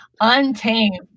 untamed